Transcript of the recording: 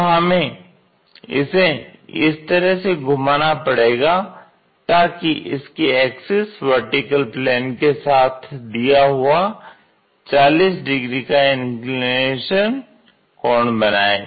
तो हमें इसे इस तरह से घुमाना पड़ेगा ताकि इसकी एक्सिस वर्टिकल प्लेन के साथ दिया हुआ 40 डिग्री का इंक्लिनेशन कोण बनाए